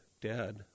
Dad